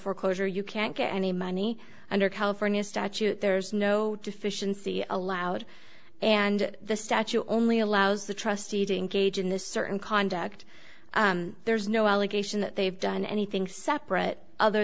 foreclosure you can't get any money under california statute there's no deficiency allowed and the statue only allows the trustee to engage in this certain conduct there's no allegation that they've done anything separate other